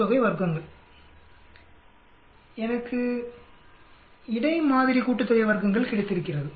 எனக்கு வர்க்கங்களின் இடை மாதிரி கூட்டுத்தொகை கிடைத்திருக்கிறது